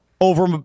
over